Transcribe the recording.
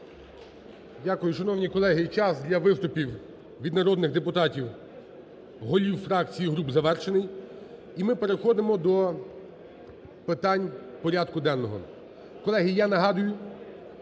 Дякую. Шановні колеги, час для виступів від народних депутатів, голів фракцій і груп завершений. І ми переходимо до питань порядку денного. Колеги, я нагадую,